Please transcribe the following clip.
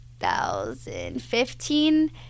2015